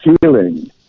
feeling